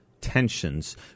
tensions